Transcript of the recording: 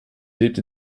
lebte